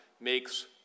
makes